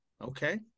Okay